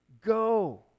Go